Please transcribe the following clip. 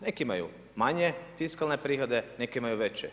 Neki imaju manje fiskalne prihode, neki imaju veće.